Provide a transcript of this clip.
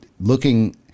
looking